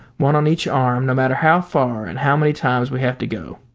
one on each arm, no matter how far and how many times we have to go.